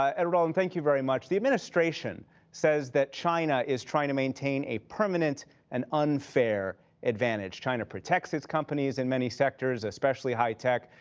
ah edward alden, thank you very much. the administration says that china is trying to maintain a permanent and unfair advantage. china protects its companies in many sectors, especially high-tech.